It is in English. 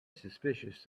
suspicious